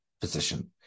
position